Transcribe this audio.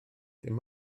dim